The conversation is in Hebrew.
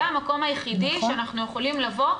זה המקום היחידי שאנחנו יכולים לבוא,